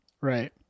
Right